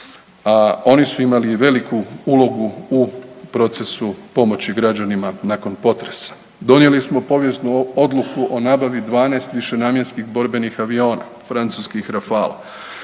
oni su imali i veliku ulogu u procesu pomoći građanima nakon potresa. Donijeli smo povijesnu odluku o nabavi 12 višenamjenskih borbenih aviona, francuskih rafala